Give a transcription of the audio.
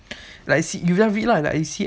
like you see you just read lah like you see